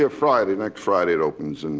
ah friday, next friday it opens. and